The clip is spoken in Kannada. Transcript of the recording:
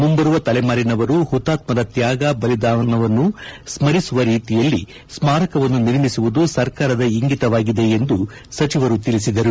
ಮುಂಬರುವ ತಲೆಮಾರಿನವರು ಪುತಾತ್ಮರ ತ್ಯಾಗ ಬಲಿದಾನವನ್ನು ಸ್ಥರಿಸುವ ರೀತಿಯಲ್ಲಿ ಸ್ಥಾರಕವನ್ನು ನಿರ್ಮಿಸುವುದು ಸರ್ಕಾರದ ಇಂಗಿತವಾಗಿದೆ ಎಂದು ಸಚಿವರು ತಿಳಿಸಿದರು